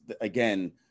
again